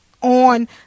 on